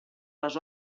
les